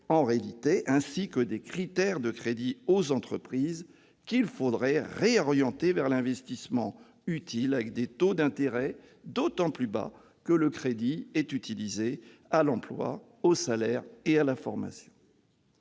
européenne, ainsi que des critères de crédit aux entreprises, lequel devrait être réorienté vers l'investissement utile, avec des taux d'intérêt d'autant plus bas que le crédit serait destiné à l'emploi, aux salaires et à la formation.